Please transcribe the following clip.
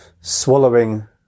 Swallowing